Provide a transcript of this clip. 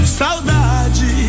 saudade